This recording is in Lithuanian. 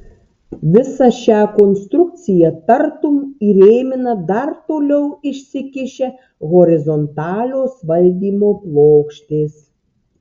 visą šią konstrukciją tartum įrėmina dar toliau išsikišę horizontalios valdymo plokštės